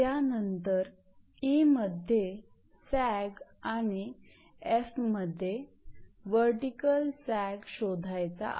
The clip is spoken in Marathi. त्यानंतर e मध्ये सॅग आणि f मध्ये वर्टीकल सॅग शोधायचा आहे